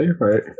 right